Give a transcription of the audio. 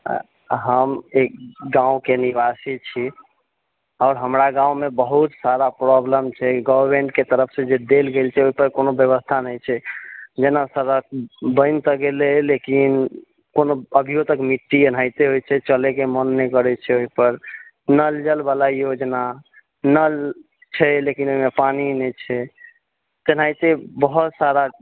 हम एक गाँवके निवासी छी आओर हमरा गाँवमे बहुत सारा प्रॉब्लम छै गवर्नमेन्टके तरफसे जे देल गेल छै ओहि पर कोनो व्यवस्था नहि छै जेना सड़क बनि ते गेलय लेकिन कोनो अभियो तक मिट्टी एनाहिते छै चलयके मोन नहि करैत छै ओहि पर नल जल बला योजना नल छै लेकिन ओहिमे पानि नहि छै तेनाहिते बहुत सारा